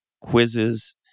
quizzes